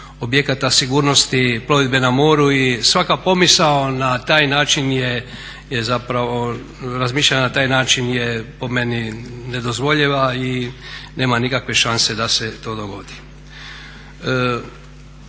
objekata sigurnosti plovidbe na moru i svaka pomisao na taj način je zapravo, razmišljanja na taj način je po meni nedozvoljiva i nema nikakve šanse da se to dogodi.